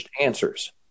answers